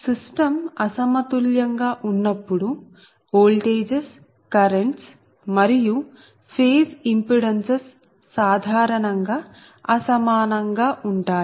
system అసమతుల్యం గా ఉన్నప్పుడు ఓల్టేజెస్ కరెంట్స్ మరియు ఫేజ్ ఇంపిడెన్సెస్ సాధారణంగా అసమానం గా ఉంటాయి